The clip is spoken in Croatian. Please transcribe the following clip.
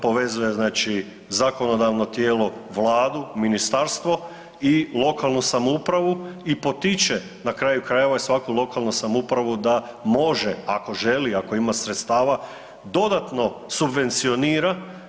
Povezuje znači zakonodavno tijelo, Vladu, ministarstvo i lokalnu samoupravu i potiče na kraju krajeva i svaku lokalnu samoupravu da može ako želi, ako ima sredstava dodatno subvencionira.